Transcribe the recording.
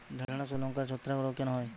ঢ্যেড়স ও লঙ্কায় ছত্রাক রোগ কেন হয়?